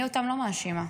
אותם אני לא מאשימה,